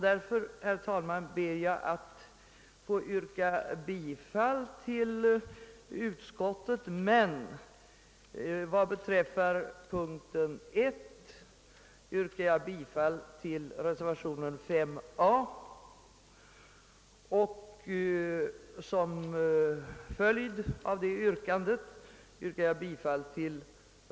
Därför, herr talman, ber jag att få yrka bifall till reservationen 5a vid moment 1 och — som en följd härav — också till reservationen 5c vid moment 3, båda med herr Virgin som första namn.